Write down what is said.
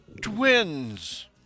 twins